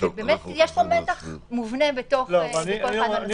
ויש מתח מובנה בכל אחד.